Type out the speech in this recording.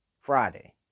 Friday